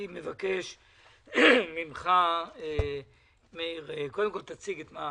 אני מבקש ממך, מאיר, שקודם כול תציג את מה